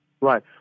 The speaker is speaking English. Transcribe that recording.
Right